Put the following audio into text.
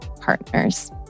partners